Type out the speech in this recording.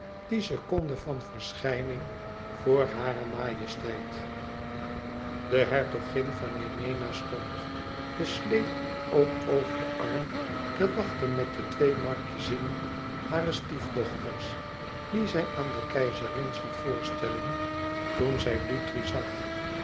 die seconde van verschijning vor hare majesteit de hertogin van yemena stond den sleep ook over den arm te wachten met de twee markiezinnen hare stiefdochters die zij aan de keizerin zoû voorstellen toen zij dutri zag